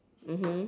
mmhmm